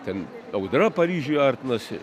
ten audra paryžiuj artinasi